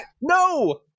No